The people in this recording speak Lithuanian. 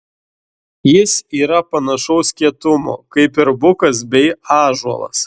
jis yra panašaus kietumo kaip ir bukas bei ąžuolas